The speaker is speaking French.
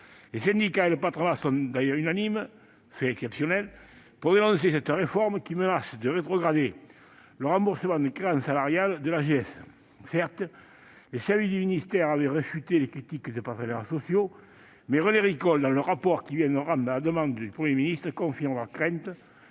Les syndicats et le patronat sont d'ailleurs unanimes- fait exceptionnel ! -pour dénoncer cette réforme, qui menace de rétrograder le remboursement des créances salariales de l'AGS. Certes, les services du ministère avaient réfuté les critiques des partenaires sociaux, mais René Ricol, dans le rapport qu'il vient de rendre à la demande du Premier ministre, confirme leurs craintes.